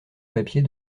papier